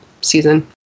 season